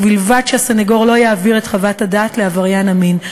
ובלבד שהסנגור לא יעביר את חוות הדעת לעבריין המין.